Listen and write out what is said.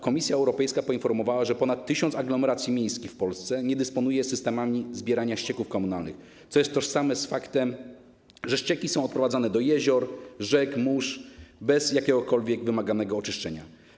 Komisja Europejska poinformowała, że ponad tysiąc aglomeracji miejskich w Polsce nie dysponuje systemami zbierania ścieków komunalnych, co jest tożsame z faktem, że ścieki są odprowadzane do jezior, rzek, do morza bez jakiegokolwiek wymaganego oczyszczania.